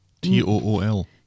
t-o-o-l